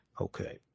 Okay